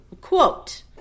quote